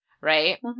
right